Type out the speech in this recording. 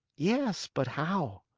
yes, but how?